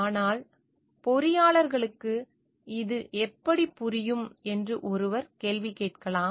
ஆனால் பொறியாளர்களுக்கு இது எப்படிப் புரியும் என்று ஒருவர் கேள்வி கேட்கலாம்